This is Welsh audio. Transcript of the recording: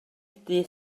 dydd